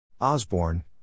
Osborne